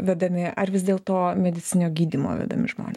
vedami ar vis dėl to medicininio gydymo vedami žmonės